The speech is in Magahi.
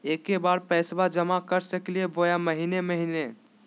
एके बार पैस्बा जमा कर सकली बोया महीने महीने?